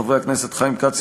חברי הכנסת חיים כץ,